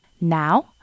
Now